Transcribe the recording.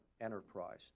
enterprise